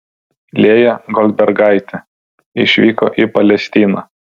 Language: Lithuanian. lėja goldbergaitė išvyko į palestiną